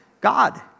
God